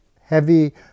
heavy